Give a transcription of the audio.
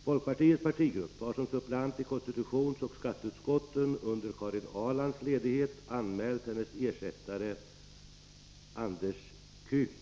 Folkpartiets partigrupp har som suppleant i konstitutionsoch skatteutskotten under Karin Ahrlands ledighet anmält hennes ersättare Andres Käng.